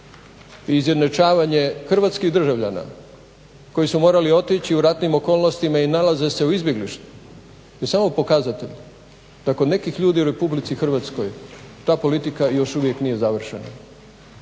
i izjednačavanje hrvatskih državljana koji su morali otići u ratnim okolnostima i nalaze se u izbjeglištvu je samo pokazatelj kako nekih ljudi u Republici Hrvatskoj ta politika još uvijek nije završena